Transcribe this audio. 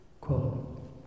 Quote